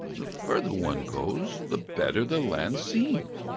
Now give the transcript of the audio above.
the further one goes, the better the land seems.